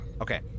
Okay